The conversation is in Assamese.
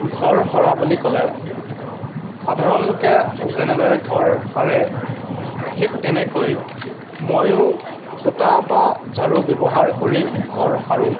ঘৰ সৰা বুলি ক'লে সাধাৰণ লোকে যেনেদৰে ঘৰ সাৰে ঠিক তেনেকৈ ময়ো সূতা বা ঝাৰু ব্যৱহাৰ কৰি ঘৰ সাৰোঁ